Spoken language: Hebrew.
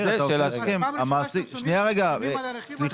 כן, איך